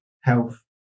health